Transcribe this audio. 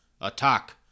Attack